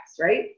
right